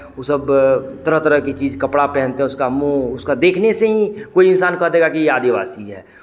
वो सब तरह तरह की चीज़ कपड़ा पहनते उसका मुँह उसका देखने से ही कोई इंसान कह देगा कि ये आदिवासी है